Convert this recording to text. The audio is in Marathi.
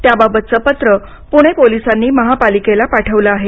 त्याबाबतचं पत्र पुणे पोलिसांनी महापालिकेला पाठविलं आहे